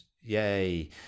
yay